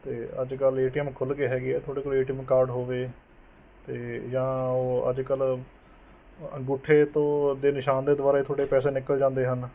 ਅਤੇ ਅੱਜ ਕੱਲ੍ਹ ਏ ਟੀ ਐੱਮ ਖੁੱਲ੍ਹ ਗਏ ਹੈਗੇ ਆ ਤੁਹਾਡੇ ਕੋਲ ਏ ਟੀ ਐੱਮ ਕਾਰਡ ਹੋਵੇ ਅਤੇ ਜਾਂ ਉਹ ਅੱਜ ਕੱਲ੍ਹ ਅੰਗੂਠੇ ਤੋਂ ਦੇ ਨਿਸ਼ਾਨ ਦੇ ਦੁਆਰਾ ਤੁਹਾਡੇ ਪੈਸੇ ਨਿਕਲ ਜਾਂਦੇ ਹਨ